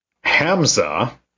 Hamza